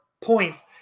points